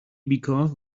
because